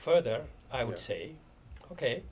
further i would say ok